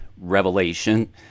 revelation